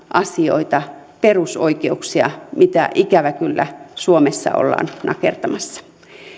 asioita perusoikeuksia mitä ikävä kyllä suomessa ollaan nakertamassa